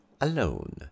alone